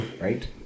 Right